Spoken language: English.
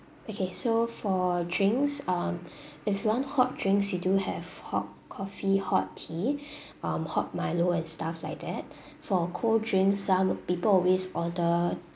okay so for drinks um if you want hot drinks we do have hot coffee hot tea um hot milo and stuff like that for cold drinks some people always order